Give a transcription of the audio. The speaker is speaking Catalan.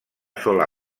sola